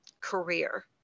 career